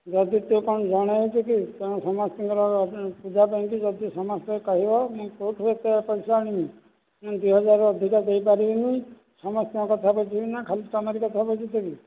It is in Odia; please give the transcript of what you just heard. ଯଦି ତୁ କ'ଣ ଜଣେ ଅଛୁ କି ତୁମ ସମସ୍ତଙ୍କର ପୂଜା ପାଇଁକି ଯଦି ସମସ୍ତେ କହିବ ମୁଁ କେଉଁଠୁ ଏତେ ପଇସା ଆଣିବି ମୁଁ ଦୁଇ ହଜାରରୁ ଅଧିକା ପାରିବିନି ସମସ୍ତଙ୍କ କଥା ବୁଝିବି ନା ଖାଲି ତୁମରି କଥା ବୁଝୁଥିବି